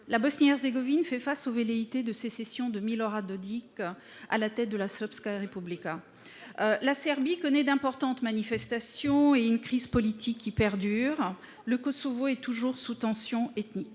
La Bosnie Herzégovine fait face aux velléités de sécession de Milorad Dodik à la tête de la Republika Srpska. La Serbie connaît d’importantes manifestations et une crise politique qui perdure. Le Kosovo est toujours sous tension ethnique.